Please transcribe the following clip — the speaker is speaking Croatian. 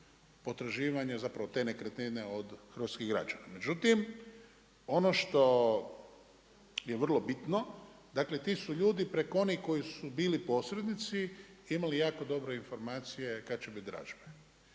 potraživanje zapravo te nekretnine od hrvatskih građana. Međutim, ono što je vrlo bitno, dakle ti su ljudi preko onih koji su bili posrednici imali jako dobro informacije kad će bit dražbe.